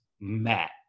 matt